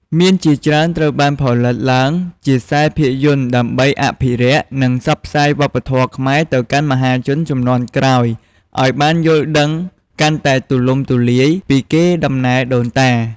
មានជាច្រើនត្រូវបានផលិតឡើងជាខ្សែភាពយន្ត ដើម្បីអភិរក្ស និងផ្សព្វផ្សាយវប្បធម៌ខ្មែរទៅកាន់មហាជនជំនាន់ក្រោយ ឲ្យបានយល់ដឹងកាន់តែទូលំទូលាយពីកេរដំណែលដូនតា។